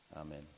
Amen